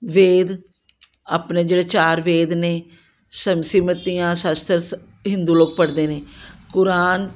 ਵੇਦ ਆਪਣੇ ਜਿਹੜੇ ਚਾਰ ਵੇਦ ਨੇ ਸ਼ਮ ਸਿਮ੍ਰਤੀਆਂ ਸਸ਼ਟਸ ਹਿੰਦੂ ਲੋਕ ਪੜ੍ਹਦੇ ਨੇ ਕੁਰਾਨ